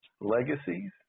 Legacies